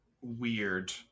weird